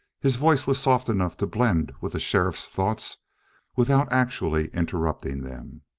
his voice was soft enough to blend with the sheriff's thoughts without actually interrupting them.